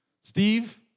Steve